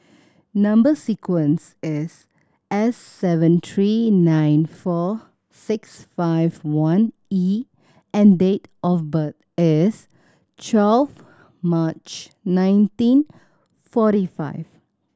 number sequence is S seven three nine four six five one E and date of birth is twelve March nineteen forty five